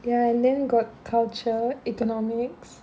ya and then got culture economics